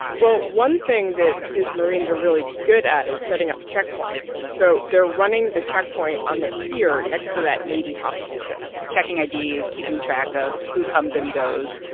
well, one thing that his marines are really good at is setting up checkpoints. so they're running the checkpoint on the pier next to that navy hospital ship checking ids, keeping track of who comes and goes.